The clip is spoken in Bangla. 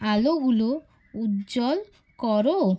আলোগুলো উজ্জ্বল করো